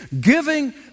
giving